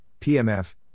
PMF